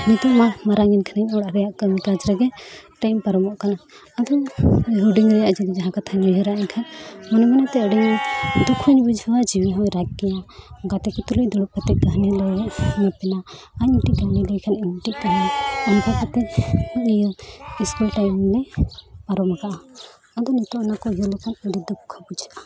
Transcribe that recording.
ᱱᱤᱛᱚᱜ ᱢᱟ ᱢᱟᱨᱟᱝᱮᱱ ᱠᱷᱟᱱᱤᱧ ᱚᱲᱟᱜ ᱨᱮᱭᱟᱜ ᱠᱟᱢᱤ ᱠᱟᱡᱽ ᱨᱮᱜᱮ ᱴᱟᱭᱤᱢ ᱯᱟᱨᱚᱢᱚᱜ ᱠᱟᱱᱟ ᱟᱫᱚᱧ ᱦᱩᱰᱤᱧ ᱨᱮᱭᱟᱜ ᱡᱟᱦᱟᱸ ᱠᱟᱛᱷᱟᱧ ᱩᱭᱦᱟᱹᱨᱟ ᱮᱱᱠᱷᱟᱱ ᱢᱚᱱᱮ ᱢᱚᱱᱮ ᱛᱮ ᱟᱹᱰᱤᱧ ᱫᱩᱠ ᱦᱚᱸᱧ ᱵᱩᱡᱷᱟᱹᱣᱟ ᱡᱤᱣᱤ ᱦᱚᱸᱭ ᱨᱟᱜᱽ ᱜᱮᱭᱟ ᱜᱟᱛᱮ ᱠᱚ ᱛᱩᱞᱩᱡ ᱫᱩᱲᱩᱵ ᱠᱟᱛᱮ ᱠᱟᱦᱱᱤ ᱞᱟᱹᱭ ᱠᱟᱱᱟ ᱟᱨ ᱢᱤᱫᱴᱤᱡ ᱠᱟᱹᱦᱱᱤ ᱢᱤᱴᱤᱡ ᱠᱟᱹᱦᱱᱤ ᱚᱱᱠᱟ ᱠᱟᱛᱮ ᱤᱧᱟᱹᱜ ᱤᱥᱠᱩᱞ ᱴᱟᱭᱤᱢ ᱢᱟᱱᱮ ᱯᱟᱨᱚᱢ ᱠᱟᱜᱼᱟ ᱟᱫᱚ ᱱᱤᱛᱚᱜ ᱚᱱᱟ ᱠᱚ ᱩᱭᱦᱟᱹᱨ ᱞᱮᱠᱷᱟᱱ ᱟᱹᱰᱤ ᱫᱩᱠᱠᱷᱚ ᱦᱚᱸ ᱵᱩᱡᱷᱟᱹᱜᱼᱟ